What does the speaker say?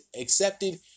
accepted